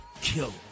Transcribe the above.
kill